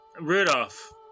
Rudolph